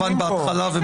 של הילדים.